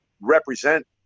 represent